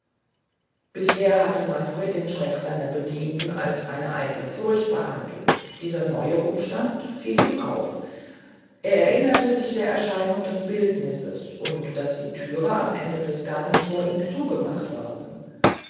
bisher hatte manfred den schreck seiner bedienten als eine eitle furcht behandelt dieser neue umstand fiel ihm auf er erinnerte sich der erscheinung des bildnisses und daß die thür am ende des ganges vor ihm zugemacht worden